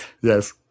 Yes